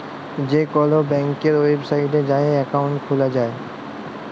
যে কল ব্যাংকের ওয়েবসাইটে যাঁয়ে একাউল্ট খুলা যায়